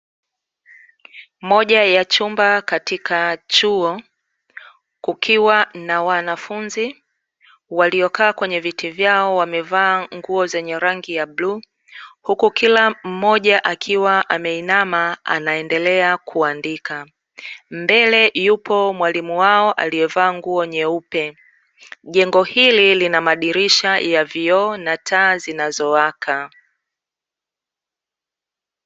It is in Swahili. Moja ya chumba katika chuo, kukiwa na wanafunzi waliokaa kwenye viti vyao, wamevaa nguo zenye rangi ya bluu huku kila mmoja akiwa ameinama anaendelea kuandika. Mbele, yupo mwalimu wao aliyevaa nguo nyeupe. Jengo hili lina madirisha ya vioo na taa zinazowaka.